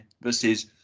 versus